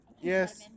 Yes